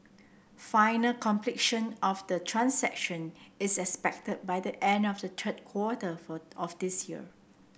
final completion of the transactions is expected by the end of the third quarter for of this year